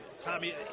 Tommy